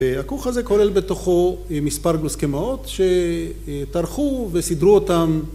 והכוך הזה כולל בתוכו מספר גלוסקמאות שטרחו וסידרו אותם